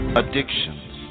addictions